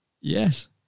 Yes